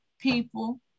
people